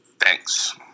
thanks